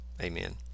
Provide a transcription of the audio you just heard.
Amen